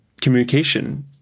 communication